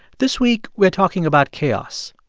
this week, we're talking about chaos,